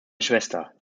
schwester